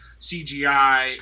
CGI